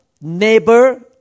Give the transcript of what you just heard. neighbor